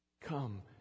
come